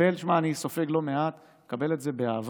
שמע, אני סופג לא מעט, ואני מקבל את זה באהבה.